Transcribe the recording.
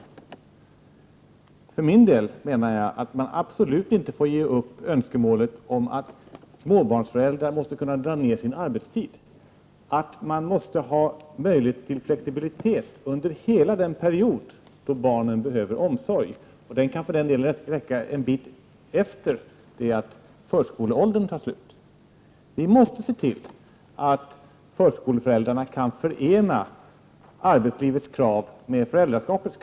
Jag för min del menar att man absolut inte får ge upp kravet på att småbarnsföräldrar skall kunna minska sin arbetstid. Det måste finnas möjligheter till flexibilitet under hela den period då barnen är i behov av omsorg. Den perioden kan för den delen också innefatta en tid efter förskoleåldern. Vi måste alltså se till att förskoleföräldrarna kan förena arbetslivets krav med föräldraskapets.